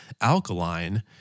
alkaline